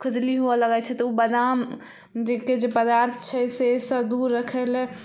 होवऽ लगै छै तऽ ओ बादामके जे पदार्थ छै से से जे दूर रक्खै लए